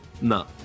No